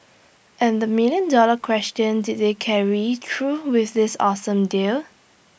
and the million dollar question did they carry through with this awesome deal